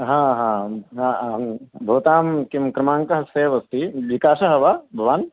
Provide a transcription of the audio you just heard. हा हा हा भवतां कः क्रमाङ्कः सेव् अस्ति विकासः वा भवान्